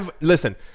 Listen